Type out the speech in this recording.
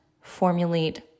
formulate